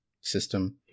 system